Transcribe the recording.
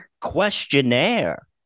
questionnaire